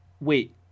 wait